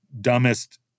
dumbest